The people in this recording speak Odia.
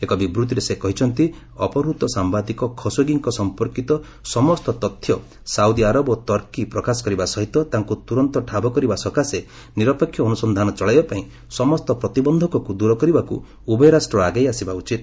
ଏକ ବିବୃତ୍ତିରେ ସେ କହିଛନ୍ତି ଅପହୃତ ସାମ୍ଭାଦିକ ଖସୋଗିଙ୍କ ସମ୍ପର୍କିତ ସମସ୍ତ ତଥ୍ୟ ସାଉଦୀ ଆରବ ଓ ତର୍କି ପ୍ରକାଶ କରିବା ସହିତ ତାଙ୍କୁ ତୁରନ୍ତ ଠାବ କରିବା ସକାଶେ ନିରପେକ୍ଷ ଅନୁସନ୍ଧାନ ଚଳାଇବାପାଇଁ ସମସ୍ତ ପ୍ରତିବନ୍ଧକକୁ ଦୂର କରିବାକୁ ଉଭୟ ରାଷ୍ଟ୍ର ଆଗେଇ ଆସିବା ଉଚିତ